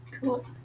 Cool